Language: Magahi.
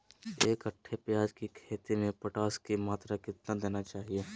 एक कट्टे प्याज की खेती में पोटास की मात्रा कितना देना चाहिए?